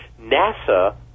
NASA